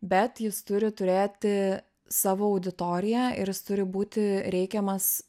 bet jis turi turėti savo auditoriją ir jis turi būti reikiamas